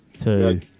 Two